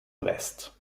west